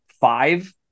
five